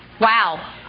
Wow